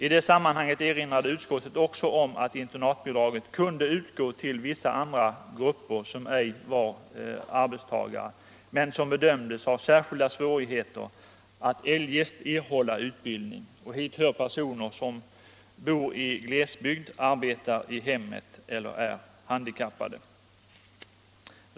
I det sammanhanget erinrade utskottet också om att internatbidraget kunde utgå till vissa andra grupper, som ej var arbetstagare men bedömdes ha särskilda svårigheter att eljest erhålla utbildning. Hit hör personer som bor i glesbygd, arbetar i hemmet eller är handikappade.